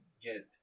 get